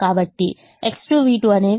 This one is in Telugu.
కాబట్టి X2 v2 అనేవి 0